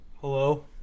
Hello